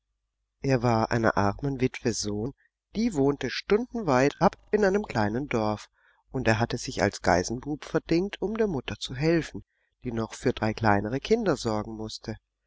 er war einer armen witwe sohn die wohnte stundenweit ab in einem kleinen dorf und er hatte sich als geißenbub verdingt um der mutter zu helfen die noch für drei kleinere kinder sorgen mußte